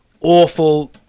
awful